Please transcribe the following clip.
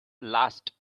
last